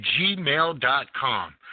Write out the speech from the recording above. gmail.com